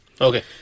Okay